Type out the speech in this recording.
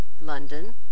London